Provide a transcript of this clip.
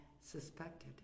suspected